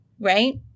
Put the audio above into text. right